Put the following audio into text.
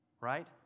right